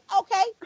okay